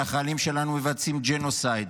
שהחיילים שלנו מבצעים ג'נוסייד,